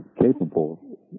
capable